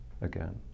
again